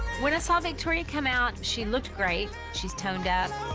when i saw victoria come out, she looked great. she's toned up.